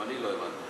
גם אני לא הבנתי.